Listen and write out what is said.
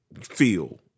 Feel